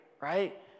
right